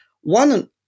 One